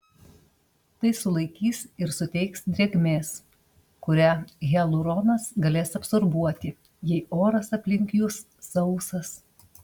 tai sulaikys ir suteiks drėgmės kurią hialuronas galės absorbuoti jei oras aplink jus sausas